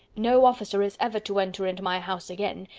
no officer is ever to enter into my house again,